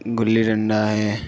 گلی ڈنڈا ہے